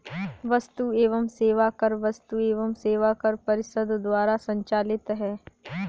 वस्तु एवं सेवा कर वस्तु एवं सेवा कर परिषद द्वारा संचालित है